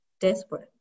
desperate